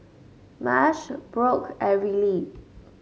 Marsh Brock and Riley